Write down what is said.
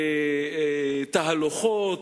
בתהלוכות,